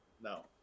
No